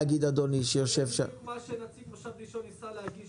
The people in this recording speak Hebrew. זה בדיוק מה שנציג מושב דישון ניסה להגיד